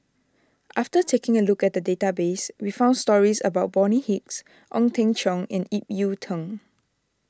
after taking a look at the database we found stories about Bonny Hicks Ong Teng Cheong and Ip Yiu Tung